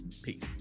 Peace